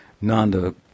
Nanda